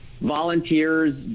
volunteers